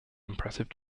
impressive